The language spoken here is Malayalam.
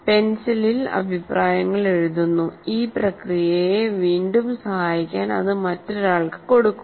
പെൻസിലിൽ അഭിപ്രായങ്ങൾ എഴുതുന്നു ഈ പ്രക്രിയയെ വീണ്ടും സഹായിക്കാൻ അത് മറ്റൊരാൾക്ക് കൊടുക്കുന്നു